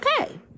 okay